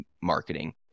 marketing